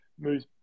moves